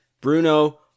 Bruno